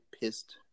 pissed